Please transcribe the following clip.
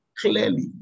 clearly